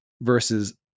Versus